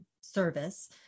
service